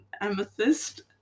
Amethyst